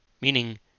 Meaning